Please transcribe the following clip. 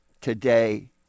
today